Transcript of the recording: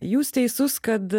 jūs teisus kad